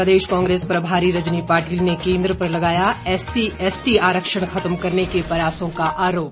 प्रदेश कांग्रेस प्रभारी रजनी पाटिल ने केंद्र पर लगाया एससी एसटी आरक्षण खत्म करने के प्रयासों का आरोप